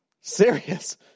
Serious